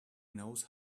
knows